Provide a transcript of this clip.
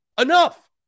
Enough